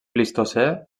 plistocè